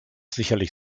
sicherlich